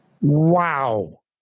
Wow